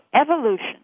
evolution